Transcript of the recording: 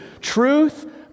Truth